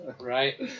Right